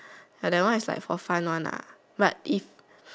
ya that one is like for fun one lah but if